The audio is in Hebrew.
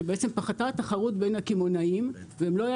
שבעצם פחתה התחרות בין הקמעונאים ולא היה